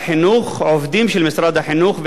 עובדים של משרד החינוך והתרבות,